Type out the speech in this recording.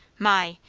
my!